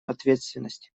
ответственность